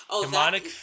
demonic